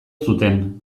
zuten